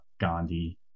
Gandhi